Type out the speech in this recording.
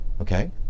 Okay